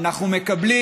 אנחנו מקבלים.